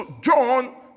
John